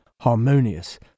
harmonious